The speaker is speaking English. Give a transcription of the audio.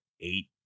eight